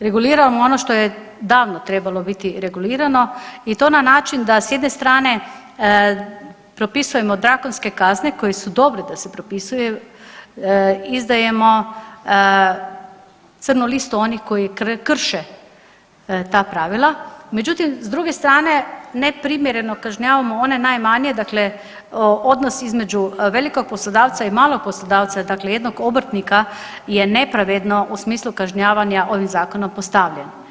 reguliramo ono što je davno trebalo biti regulirano i to na način da s jedne strane propisujemo drakonske kazne koje su dobre da se propisuju, izdajemo crnu listu onih koji krše ta pravila, međutim s druge strane neprimjereno kažnjavamo one najmanje, dakle odnos između velikog poslodavca i malog poslodavca, dakle jednog obrtnika je nepravedno u smislu kažnjavanja ovim zakonom postavljen.